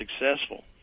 successful